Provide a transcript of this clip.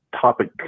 topic